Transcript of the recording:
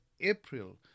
April